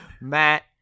Matt